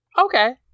Okay